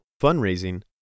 fundraising